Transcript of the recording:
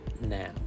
now